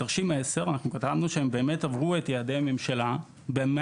בתרשים 10 כתבנו שהם באמת עברו את יעדי הממשלה ב-146%.